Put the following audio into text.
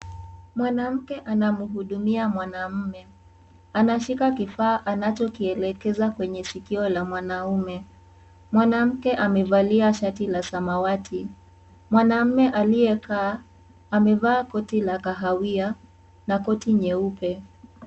Mwanamke anamhudumia mwanaume ,anashika kifaa anachokielekeza kwenye sikio la mwanamme. Mwanamke amevalia shati la samawati , mwanamme aliyekaa amevaa koti la kahawia na koti nyeupe.